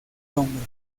hombre